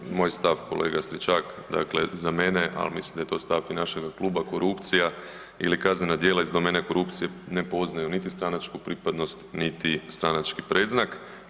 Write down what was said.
Pa vi znate moj stav, kolega Stričak, dakle za mene a mislim da je to stav i našega kluba, korupcija ili kaznena djela iz domene korupcije, ne poznaju niti stranačku pripadnost niti stranačku predznak.